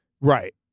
Right